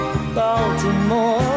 Baltimore